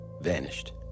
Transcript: vanished